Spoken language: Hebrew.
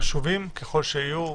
חשובים ככל שיהיו,